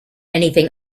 anything